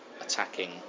attacking